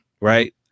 right